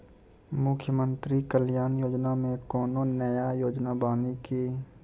मुख्यमंत्री कल्याण योजना मे कोनो नया योजना बानी की?